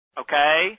okay